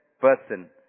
person